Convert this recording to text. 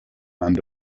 and